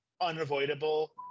unavoidable